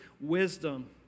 wisdom